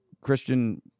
Christian